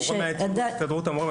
אבל הסתדרות המורים